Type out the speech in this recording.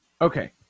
Okay